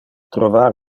trovar